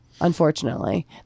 unfortunately